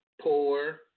poor